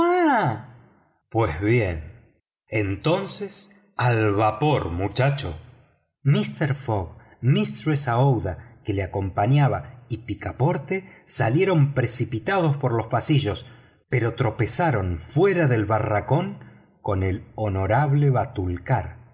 pues bien entonces al vapor muchacho mister fogg mistress aouida que le acompañaba y picaporte salieron precipitados por los pasillos pero tropezaron fuera del barracón con el honorable batulcar